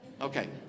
Okay